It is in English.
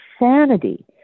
insanity